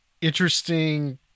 interesting